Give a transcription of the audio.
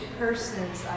persons